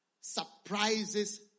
surprises